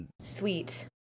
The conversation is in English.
sweet